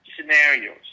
scenarios